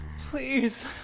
Please